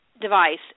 device